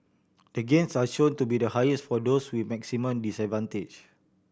the gains are shown to be the highest for those with maximum disadvantage